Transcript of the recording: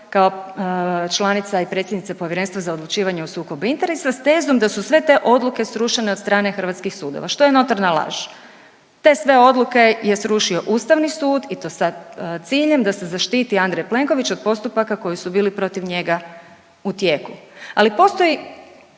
kao članica i predsjednica Povjerenstva za odlučivanje o sukobu interesa s tezom da su sve te odluke srušene od strane hrvatskih sudova što je notorna laž. Te sve odluke je srušio Ustavni sud i to sa ciljem da se zaštiti Andrej Plenković od postupaka koji su bili protiv njega u tijeku. Ali postoji